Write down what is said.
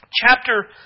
chapter